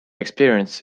experience